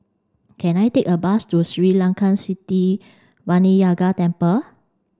can I take a bus to Sri Layan Sithi Vinayagar Temple